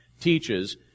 teaches